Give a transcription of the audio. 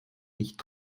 nicht